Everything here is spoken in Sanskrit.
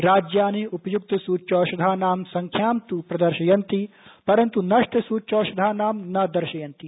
राज्यानि उपय्क्तसूच्यौषधानां सङ्ख्यां तु प्रदर्शयन्ति परन्तु नष्टसूच्यौषधानां न दर्शयन्ति